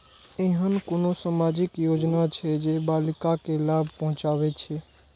ऐहन कुनु सामाजिक योजना छे जे बालिका के लाभ पहुँचाबे छे?